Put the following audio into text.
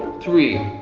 three,